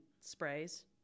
sprays